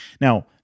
Now